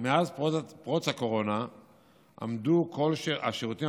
מאז פרוץ הקורונה עמדו כל השירותים